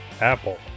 Apple